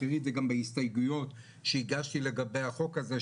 את תראי גם בהסתייגויות שהגשתי לגבי החוק הזה,